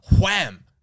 wham